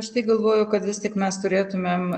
aš tai galvoju kad vis tik mes turėtumėm